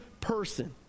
person